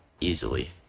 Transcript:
easily